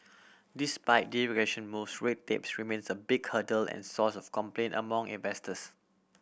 despite deregulation moves red tape remains a big hurdle and source of complaint among investors